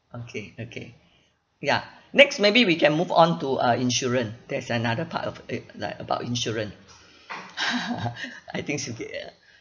okay okay ya next maybe we can move on to uh insurance that's another part of it like about insurance I think okay ya